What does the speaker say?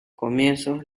comienzos